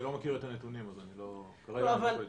אני לא מכיר את הנתונים אז אני כרגע לא יכול להתייחס.